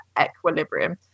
equilibrium